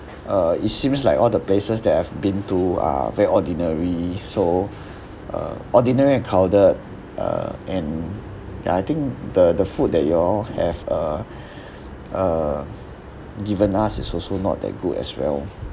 uh it seems like all the places that I've been to are very ordinary so uh ordinary and crowded uh and I think the the food that you all have uh uh given us is also not that good as well